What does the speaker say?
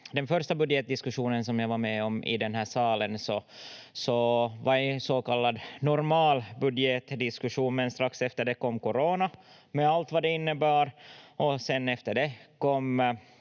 den första budgetdiskussionen som jag var med om i den här salen var en så kallad normal budgetdiskussion, men strax efter det kom coronan med allt vad det innebar. Efter det kom